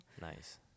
Nice